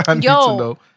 Yo